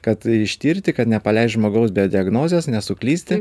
kad ištirti kad nepaleist žmogaus be diagnozės nesuklysti